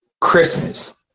Christmas